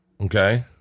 okay